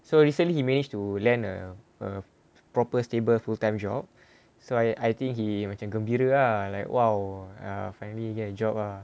so recently he managed to land a proper stable full time job so I I think he macam gembira ah like !wow! finally he get a job ah